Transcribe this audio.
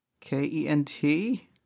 K-E-N-T